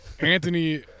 Anthony